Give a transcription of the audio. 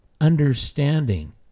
understanding